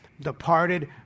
departed